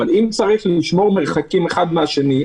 אבל אם צריך לשמור מרחקים אחד מהשני,